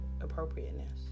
appropriateness